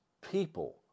people